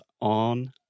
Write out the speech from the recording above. on